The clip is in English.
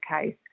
case